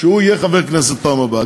שהוא יהיה חבר הכנסת בפעם הבאה,